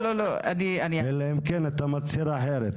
לא, לא, לא -- אלא אם כן אתה מצהיר אחרת.